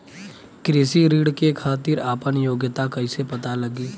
कृषि ऋण के खातिर आपन योग्यता कईसे पता लगी?